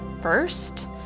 first